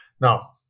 Now